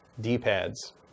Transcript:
d-pads